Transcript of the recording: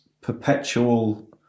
perpetual